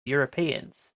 europeans